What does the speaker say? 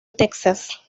texas